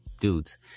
dudes